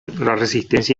resistencia